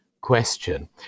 question